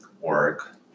work